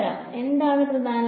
എന്താണ് പ്രധാന ലക്ഷ്യം